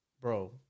Bro